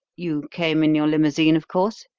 you came in your limousine, of course?